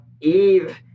Eve